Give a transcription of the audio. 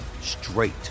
straight